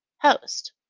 Host